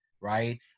right